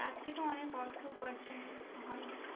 তার থেকেও অনেক অর্থ উপার্জন হয়